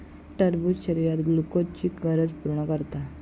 टरबूज शरीरात ग्लुकोजची गरज पूर्ण करता